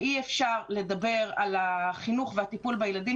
אי אפשר לדבר על החינוך והטיפול בילדים